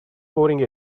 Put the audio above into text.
pouring